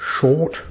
short